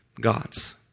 gods